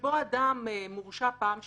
שבו אדם מורשע פעם שנייה,